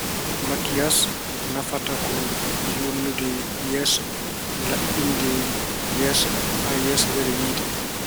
Makkiyas nafata ko yooɗnude yeeso, laaɓɓinde yeeso haa yeeso wela yiyde.